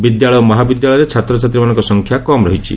ବିଦ୍ୟାଳୟ ଓ ମହାବିଦ୍ୟାଳୟରେ ଛାତ୍ରଛାତ୍ରୀମାନଙ୍କ ସଂଖ୍ୟା କମ୍ ରହିଛି